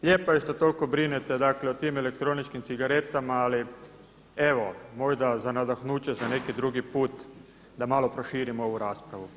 Lijepo je što toliko brinete dakle o tim elektroničkim cigaretama, ali evo možda za nadahnuće za neki drugi put da malo proširimo ovu raspravu.